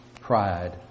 pride